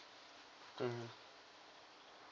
mm